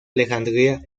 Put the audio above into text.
alejandría